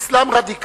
זהו אסלאם רדיקלי,